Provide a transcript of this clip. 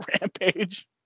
Rampage